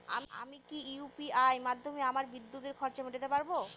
আমি কি ইউ.পি.আই মাধ্যমে আমার বিদ্যুতের খরচা মেটাতে পারব?